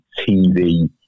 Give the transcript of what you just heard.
TV